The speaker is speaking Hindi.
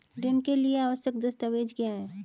ऋण के लिए आवश्यक दस्तावेज क्या हैं?